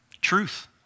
truth